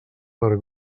per